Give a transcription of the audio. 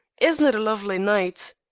isn't it a lovely night?